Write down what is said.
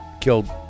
Killed